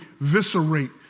eviscerate